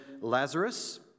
lazarus